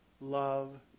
love